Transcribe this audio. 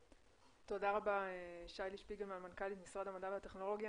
תודה רבה שי-לי שפיגלמן מנכ"לית משרד המדע והטכנולוגיה,